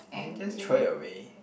can you just throw it away